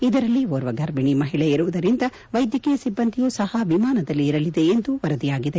ಇದರಲ್ಲಿ ಓರ್ವ ಗರ್ಭಿಣಿ ಮಹಿಳೆ ಇರುವುದರಿಂದ ವೈದ್ಯಕೀಯ ಸಿಬ್ಬಂದಿಯೂ ಸಹ ವಿಮಾನದಲ್ಲಿ ಇರಲಿದೆ ಎಂದು ವರದಿಯಾಗಿದೆ